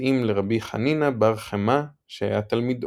המתאים לרבי חנינא בר חמא שהיה תלמידו,